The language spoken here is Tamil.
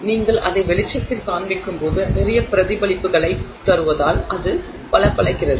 நீங்கள் அதை வெளிச்சத்தில் காண்பிக்கும் போது நிறைய பிரதிபலிப்புகளைத் தருவதால் அது பளபளக்கிறது